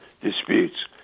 disputes